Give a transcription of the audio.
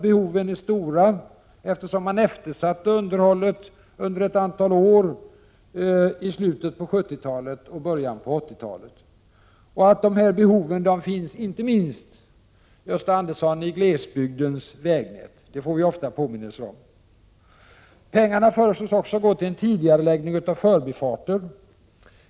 Behoven är stora, eftersom man eftersatte underhållet under ett antal år i slutet av 1970-talet och början av 1980-talet. Dessa behov finns inte minst, Gösta Andersson, i glesbygdens vägnät. Det får vi ofta påminnelser om. Pengarna föreslås också gå till en tidigareläggning av förbifarter.